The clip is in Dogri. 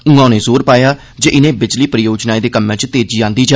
उआं उनें जोर पाया जे इनें बिजली परियोजनाएं दे कम्मै च तेजी आंदी जा